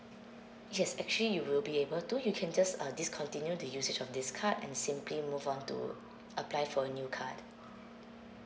yes actually you will be able to you can just uh discontinue the usage of this card and simply move on to apply for a new card